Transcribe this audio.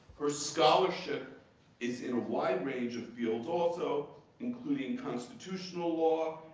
her scholarship is in a wide range of fields, also including constitutional law,